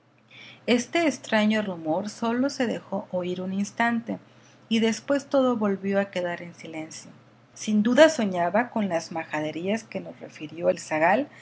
este extraño rumor sólo se dejó oír un instante y después todo volvió a quedar en silencio sin duda soñaba con las majaderías que nos refirió el zagal